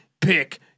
Pick